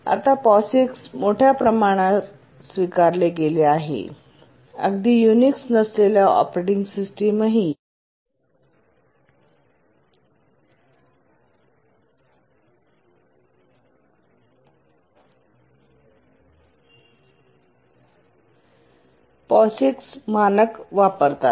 आता POSIX मोठ्या प्रमाणावर स्वीकारले गेले आहे अगदी युनिक्स नसलेल्या ऑपरेटिंग सिस्टमही POSIX मानक वापरतात